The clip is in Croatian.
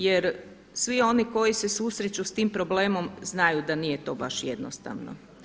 Jer svi oni koji se susreću sa tim problemom znaju da nije to baš jednostavno.